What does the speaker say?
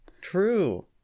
True